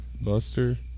Buster